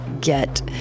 get